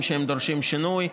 נושאים שדורשים שינוי.